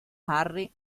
harry